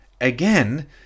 again